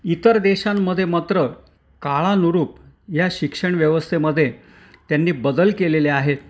इतर देशांमध्ये मात्र काळानुरूप या शिक्षण व्यवस्थेमध्ये त्यांनी बदल केलेले आहेत